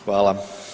Hvala.